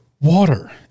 water